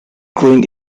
growing